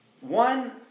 One